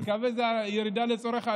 נקווה שזו ירידה לצורך עלייה.